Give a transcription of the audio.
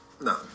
No